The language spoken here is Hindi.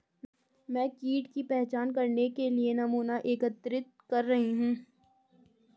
मैं कीट की पहचान करने के लिए नमूना एकत्रित कर रही हूँ